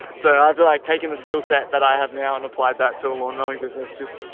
so i'd be like taking the skill set that i have now and applied that to a well known business. just,